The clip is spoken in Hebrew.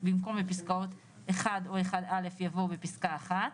במקום "בפסקאות (1) או (1א)" יבוא "בפסקה (1)"."